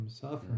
suffering